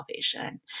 salvation